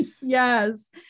Yes